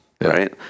right